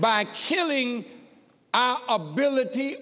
by killing our ability